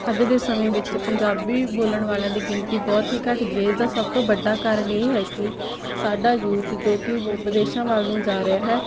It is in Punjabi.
ਅੱਜ ਦੇ ਸਮੇਂ ਵਿੱਚ ਪੰਜਾਬੀ ਬੋਲਣ ਵਾਲਿਆਂ ਦੀ ਗਿਣਤੀ ਬਹੁਤ ਹੀ ਘੱਟ ਗਈ ਹੈ ਇਸਦਾ ਸਭ ਤੋਂ ਵੱਡਾ ਕਾਰਨ ਇਹ ਹੈ ਕਿ ਸਾਡਾ ਯੂਥ ਜੋ ਕਿ ਵ ਵਿਦੇਸ਼ਾਂ ਵੱਲ ਨੂੰ ਜਾ ਰਿਹਾ ਹੈ